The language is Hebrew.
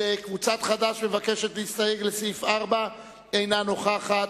קבוצת חד"ש מבקשת להסתייג לסעיף 4, אינה נוכחת.